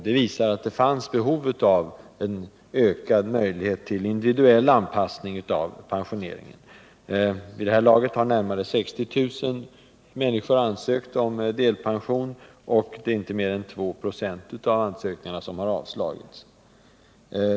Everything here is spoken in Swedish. Det visar att det fanns behov av en ökad möjlighet till individuell anpassning av pensioneringen. Vid det här laget har närmare 60000 människor ansökt om delpension, och det är inte mer än 2 26 av ansökningarna som har avslagits.